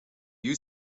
you